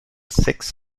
sechs